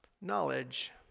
knowledge